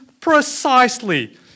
precisely